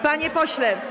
Panie pośle!